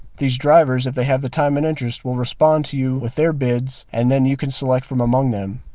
these drivers if they have the time and interest will respond to you with their bids and then you can select from among them.